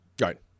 Right